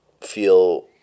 feel –